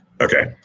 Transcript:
Okay